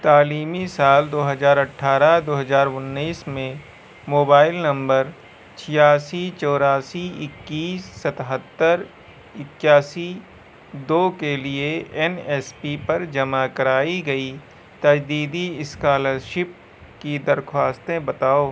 تعلیمی سال دو ہزار اٹھارہ دو ہزار انیس میں موبائل نمبر چھیاسی چوراسی اکیس ستہتر اکیاسی دو کے لیے این ایس پی پر جمع کرائی گئی تجدیدی اسکالرشپ کی درخواستیں بتاؤ